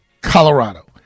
Colorado